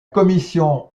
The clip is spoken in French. commission